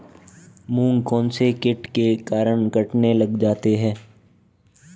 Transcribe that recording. मूंग कौनसे कीट के कारण कटने लग जाते हैं?